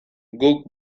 guk